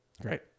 Great